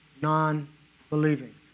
non-believing